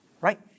Right